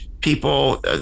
people